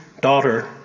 daughter